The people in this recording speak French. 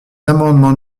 amendements